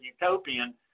utopian